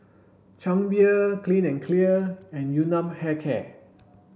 Chang Beer Clean and Clear and Yun Nam Hair Care